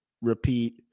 repeat